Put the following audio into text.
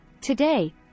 Today